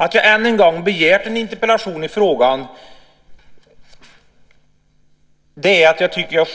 Att jag än en gång begärt en interpellationsdebatt i frågan beror på att jag tycker att